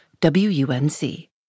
WUNC